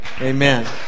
Amen